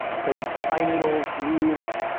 say, pine needles, leaves,